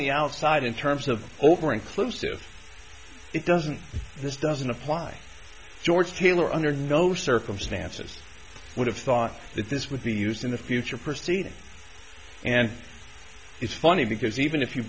the outside in terms of over inclusive it doesn't this doesn't apply george taylor under no circumstances would have thought that this would be used in the future proceeding and it's funny because even if you